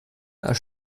als